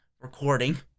recording